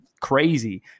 crazy